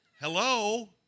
hello